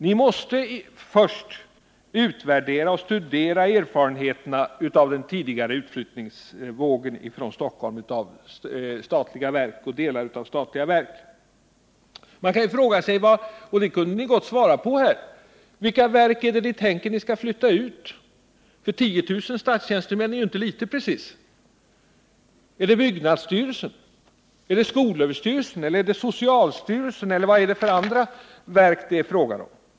Ni måste först studera och utvärdera erfarenheterna av den tidigare utflyttningsvågen från Stockholm av statliga verk och delar av sådana. Man kan fråga sig — och det kunde ni gärna ge svar på här — vilka verk det är som ni tänker er att flytta ut. 10 000 statstjänstemän är ju inte precis något litet antal. Är det fråga om byggnadsstyrelsen, skolöverstyrelsen eller socialstyrelsen — eller vilka andra verk gäller det?